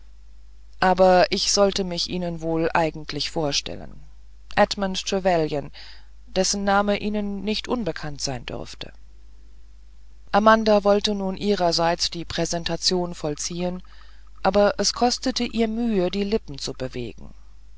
aber ich sollte mich ihnen wohl eigentlich vorstellen edmund trevelyan dessen name ihnen nicht unbekannt sein dürfte amanda wollte nun ihrerseits die präsentation vollziehen aber es kostete ihr mühe die lippen zu bewegen